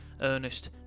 Ernest